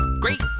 Great